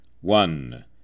one